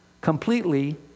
completely